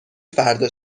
فردا